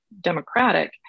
Democratic